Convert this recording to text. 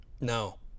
no